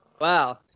Wow